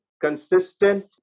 consistent